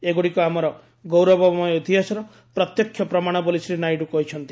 ଏଗୁଡ଼ିକ ଆମର ଗୌରବମୟ ଇତିହାସର ପ୍ରତ୍ୟେକ୍ଷ ପ୍ରମାଣ ବୋଲି ଶ୍ରୀ ନାଇଡୁ କହିଛନ୍ତି